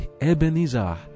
Ebenezer